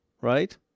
right